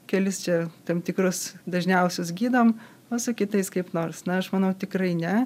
kelis čia tam tikrus dažniausius gydom nu su kitais kaip nors na aš manau tikrai ne